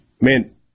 Man